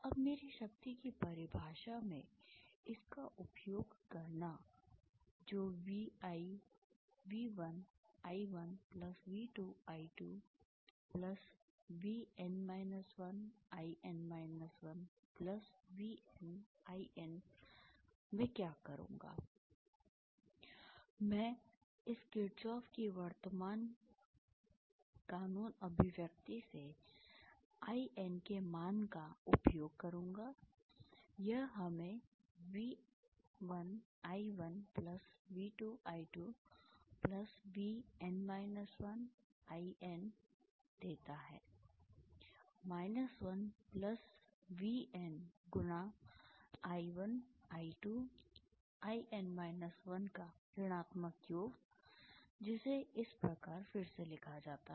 अब मेरी शक्ति की परिभाषा में इसका उपयोग करना जो V1I1 V2I2 VN 1IN 1 VNIN मैं क्या करूंगा मैं इस Kirchhoff की वर्तमान कानून अभिव्यक्ति से IN के मान का उपयोग करूंगा यह हमें V1I1 V2I2 VN 1IN देता है 1 VN× I1I2IN 1 का ऋणात्मक योग जिसे इस प्रकार फिर से लिखा जाता है